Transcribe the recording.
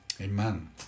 Amen